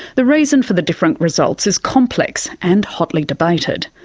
the reason for the different results is complex, and hotly debated.